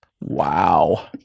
Wow